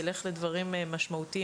ילך לדברים משמעותיים,